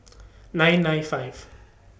nine nine five